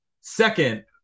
Second